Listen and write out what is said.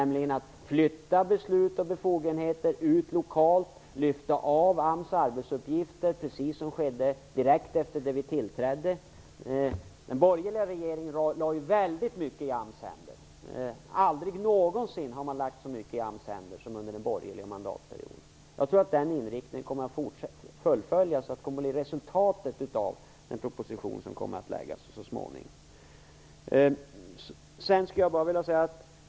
Man skall flytta ut beslut och befogenheter lokalt och lyfta av AMS arbetsuppgifter, vilket skedde direkt efter det att vi tillträdde. Den borgerliga regeringen lade väldigt mycket i AMS händer. Aldrig någonsin har man lagt så mycket i AMS händer som under den borgerliga mandatperioden. Jag tror att denna inriktning kommer att fullföljas och bli resultatet av den proposition som kommer att läggas fram så småningom.